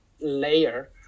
layer